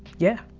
yeah,